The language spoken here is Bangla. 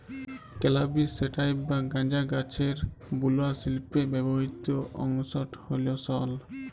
ক্যালাবিস স্যাটাইভ বা গাঁজা গাহাচের বুলা শিল্পে ব্যাবহিত অংশট হ্যল সল